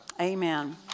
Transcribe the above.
Amen